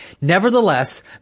Nevertheless